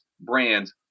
brands